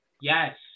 Yes